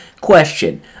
Question